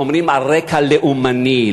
אומרים: על רקע לאומני,